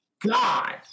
God